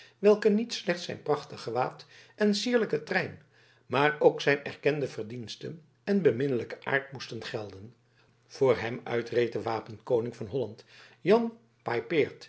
welke niet slechts zijn prachtig gewaad en sierlijken trein maar ook zijn erkende verdiensten en beminnelijken aard moesten gelden voor hem uit reed de wapenkoning van holland jan